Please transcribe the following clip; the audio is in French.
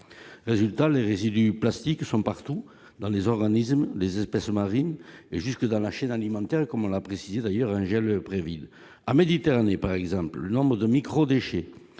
résultat les résidus plastiques sont partout dans les organismes, les espèces marines et jusque dans la chaîne alimentaire, comme on l'a précisé d'ailleurs un gel prévisible a Méditerranée par exemple le nombre de micro-déchets